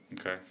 Okay